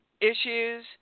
issues